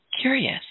curious